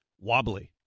wobbly